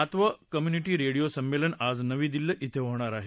सातवं community radio सम्मेलन आज नवी दिल्ली डीं होणार आहे